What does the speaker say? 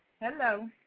Hello